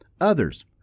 others